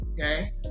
okay